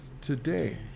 today